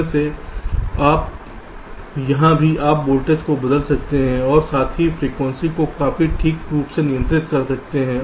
तो फिर से यहां भी आप वोल्टेज को बदल सकते हैं और साथ ही फ्रीक्वेंसी को काफी ठीक से नियंत्रित कर सकते हैं